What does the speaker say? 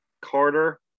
Carter